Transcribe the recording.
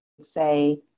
say